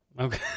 Okay